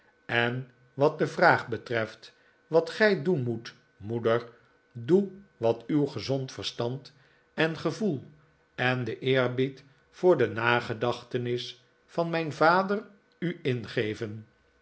en wat de vraag betreft wat gij doen moet moeder doe wat uw gezond verstand en gevoel en de eerbied voor de nagedachtenis van mijn vader u ingeven